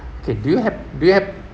okay do you have do you have